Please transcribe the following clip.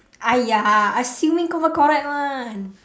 !aiya! assuming confirm correct [one]